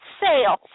sale